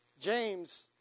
James